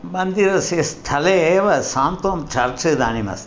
मन्दिरस्य स्थले एव सान्त्वं छर्च् इदानीम् अस्ति